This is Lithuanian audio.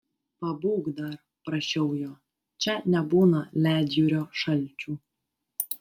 pabūk dar prašiau jo čia nebūna ledjūrio šalčių